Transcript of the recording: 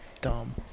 Dumb